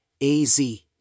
AZ